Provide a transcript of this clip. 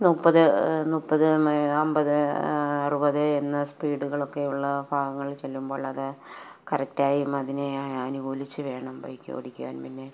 മുപ്പത് അമ്പത് അറുപത് എന്ന സ്പീഡുകളൊക്കെയുള്ള ഭാഗങ്ങൾ ചെല്ലുമ്പോൾ അത് കറക്റ്റായും അതിനെ അനുസരിച്ച് വേണം ബൈക്കോടിക്കാൻ പിന്നെ